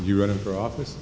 you running for office